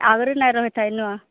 ଆଗର ନାଇଁ ରହୁଥାଏ ନୁହଁ